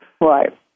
Right